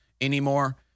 anymore